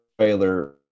trailer